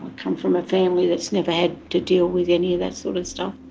come from a family that's never had to deal with any of that sort of stuff.